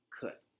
Cut